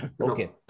Okay